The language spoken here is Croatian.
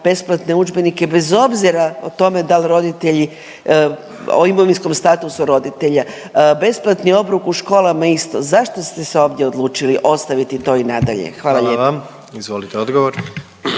besplatne udžbenike bez obzira o tome dal roditelji o imovinskom statusu roditelja, besplatni obrok u školama isto, zašto ste se ovdje odlučili ostaviti to i nadalje? …/Upadica predsjednik: